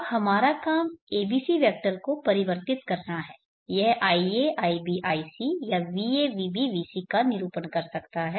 अब हमारा काम abc वैक्टर को परिवर्तित करना है यह ia ib ic या va vb vc का निरूपण कर सकता है